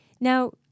Now